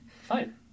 Fine